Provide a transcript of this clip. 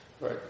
right